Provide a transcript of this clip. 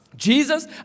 Jesus